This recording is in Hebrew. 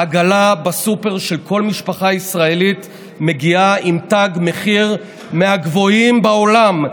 העגלה בסופר של כל משפחה ישראלית מגיעה עם תג מחיר מהגבוהים בעולם.